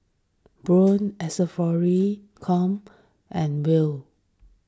Braun com and Will